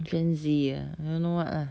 generation Z ah don't know [what] ah